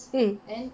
mm